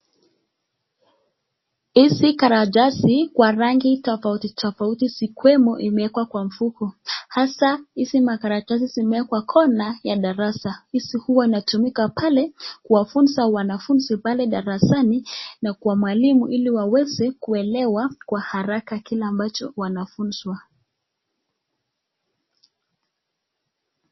Hizi karatasi kwa rangi tofauti tofauti zikiwemo zimewekwa kwa mfuko. Hasa hizi makaratasi zimewekwa kona ya darasa. Hizi huwa zinatumika pale kuwafunza wanafunzi pale darasani na kwa mwalimu ili waweze kuelewa kwa haraka kile ambacho wanafunzwa.